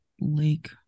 Lake